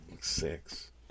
six